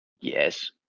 yes